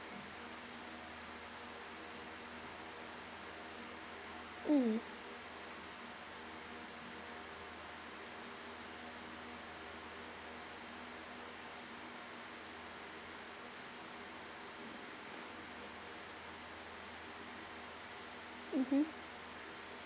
mm mmhmm